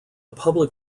public